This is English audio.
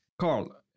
Carl